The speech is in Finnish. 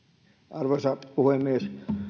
arvoisa puhemies